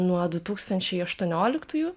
nuo du tūkstančiai aštuonioliktųjų